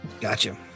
gotcha